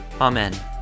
Amen